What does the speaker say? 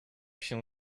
się